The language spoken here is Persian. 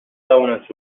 زبونت